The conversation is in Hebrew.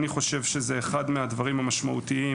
לדעתי, זה אחד הדברים המשמעותיים